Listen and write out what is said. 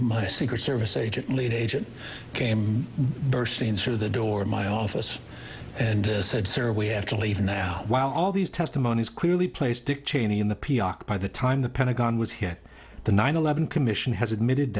my secret service agent leading agent came bursting through the door of my office and said sir we have to leave now while all these testimonies clearly place dick cheney in the p r by the time the pentagon was hit the nine eleven commission has admitted